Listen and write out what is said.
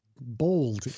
bold